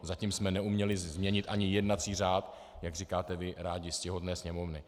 Zatím jsme neuměli změnit ani jednací řád, jak říkáte vy rádi, ctihodné Sněmovny.